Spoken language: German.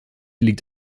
liegt